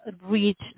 reach